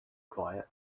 quiet